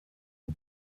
nom